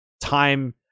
time